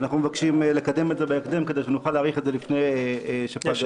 לפני הקריאה